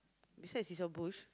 besides is a bush